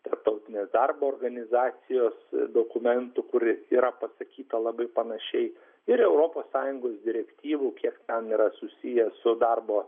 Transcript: tarptautinės darbo organizacijos dokumentu kur yra pasakyta labai panašiai ir europos sąjungos direktyvų kiek ten yra susiję su darbo